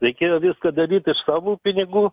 reikėjo viską daryt iš savų pinigų